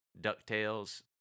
DuckTales